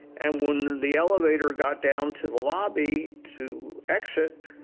and when the elevator got down to the lobby to exit,